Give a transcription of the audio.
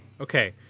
Okay